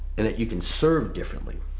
and that you can serve differently.